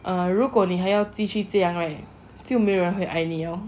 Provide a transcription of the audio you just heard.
err 如果你还要继续这样 right 就没有人会爱你 lor